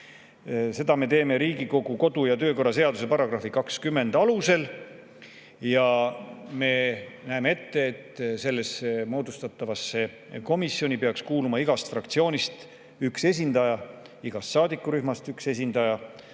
Seda me teeme Riigikogu kodu‑ ja töökorra seaduse § 20 alusel. Me näeme ette, et sellesse moodustatavasse komisjoni peaks kuuluma igast fraktsioonist üks esindaja, igast saadikurühmast üks esindaja,